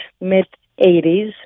mid-80s